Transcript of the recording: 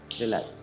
relax